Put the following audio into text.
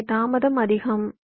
எனவே தாமதமும் அதிகம்